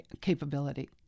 capability